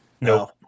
No